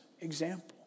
example